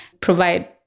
provide